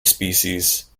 species